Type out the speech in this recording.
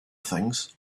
things